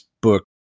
book